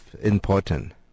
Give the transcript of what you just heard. important